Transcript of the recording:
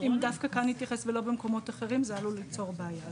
אם דווקא כאן נתייחס ולא במקומות אחרים זה עלול ליצור בעיה.